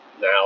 now